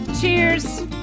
cheers